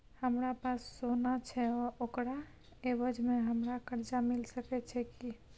हमरा पास सोना छै ओकरा एवज में हमरा कर्जा मिल सके छै की?